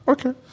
Okay